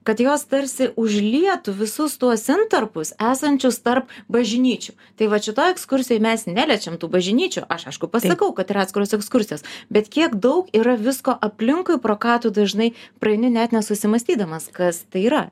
kad jos tarsi užlietų visus tuos intarpus esančius tarp bažnyčių tai vat šitoj ekskursijoj mes neliečiam tų bažinyčių aš aišku pasakau kad yra atskiros ekskursijos bet kiek daug yra visko aplinkui pro ką tu dažnai praeini net nesusimąstydamas kas tai yra